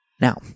Now